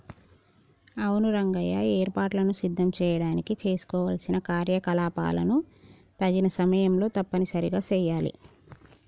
అవును రంగయ్య ఏర్పాటులను సిద్ధం చేయడానికి చేసుకోవలసిన కార్యకలాపాలను తగిన సమయంలో తప్పనిసరిగా సెయాలి